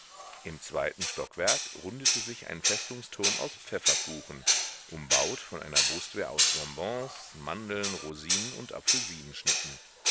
im zweiten stockwerk rundete sich ein festungsturm aus pfefferkuchen umbaut von einer brustwehr aus bonbons mandeln rosinen und